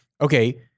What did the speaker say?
okay